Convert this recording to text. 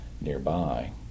nearby